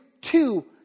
two